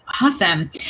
Awesome